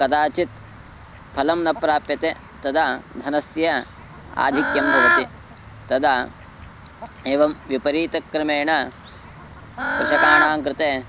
कदाचित् फलं न प्राप्यते तदा धनस्य आधिक्यं भवति तदा एवं विपरीतक्रमेण कृषकाणां कृते